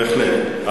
בהחלט.